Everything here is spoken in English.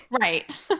right